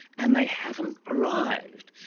and they haven't arrived.